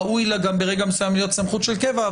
ראוי לה ברגע מסוים להיות סמכות של קבע,